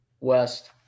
West